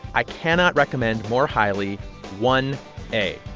i cannot recommend more highly one a.